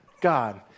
God